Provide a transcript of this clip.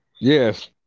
Yes